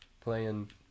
playing